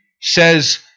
says